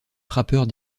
frappeurs